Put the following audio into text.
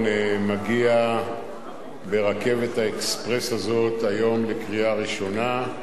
בערב מגיע ברכבת האקספרס הזאת היום לקריאה הראשונה.